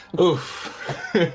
Oof